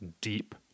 deep